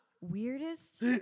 weirdest